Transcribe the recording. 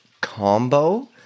combo